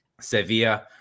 Sevilla